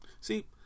See